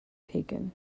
taken